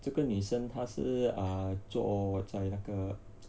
这个女生他是做在那个